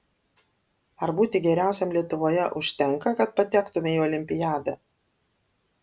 ar būti geriausiam lietuvoje užtenka kad patektumei į olimpiadą